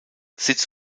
sitz